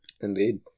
Indeed